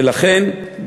ולכן,